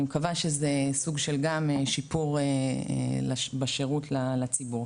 אני מקווה שזה גם סוג של שיפור בשירות לציבור.